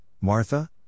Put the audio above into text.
Martha